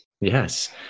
Yes